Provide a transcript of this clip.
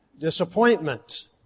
disappointment